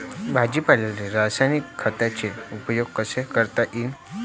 भाजीपाल्याले रासायनिक खतांचा उपयोग कसा करता येईन?